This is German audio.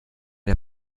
der